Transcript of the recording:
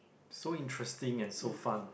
so interesting and so fun